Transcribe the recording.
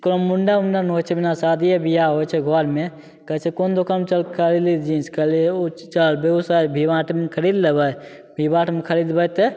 कोनो मुण्डन उण्डन होइ छै जेना शादिए बिआह होइ छै घरमे कहै छै चल कोन दोकानमे खरिदलही जीन्स कहलिए ओ बेगूसराय वी मार्टमे खरिद लेबै वी मार्टमे खरिदबै तऽ